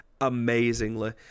amazingly